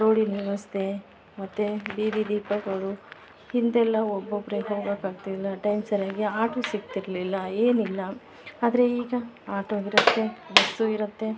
ರೋಡಿನ ವ್ಯವಸ್ಥೆ ಮತ್ತು ಬೀದಿ ದೀಪಗಳು ಹಿಂದೆಲ್ಲ ಒಬ್ಬೊಬ್ಬರೆ ಹೋಗೋಕಾಗ್ತಿಲ್ಲ ಟೈಮ್ ಸರಿಯಾಗಿ ಆಟೋ ಸಿಗ್ತಿರಲಿಲ್ಲ ಏನಿಲ್ಲ ಆದರೆ ಈಗ ಆಟೋ ಇರುತ್ತೆ ಬಸ್ಸು ಇರುತ್ತೆ